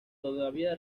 todavía